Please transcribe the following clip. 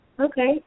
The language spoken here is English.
Okay